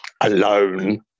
alone